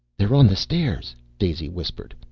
they're on the stairs, daisy whispered,